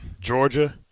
Georgia